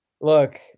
Look